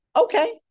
okay